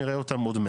נראה אותם עוד מעט.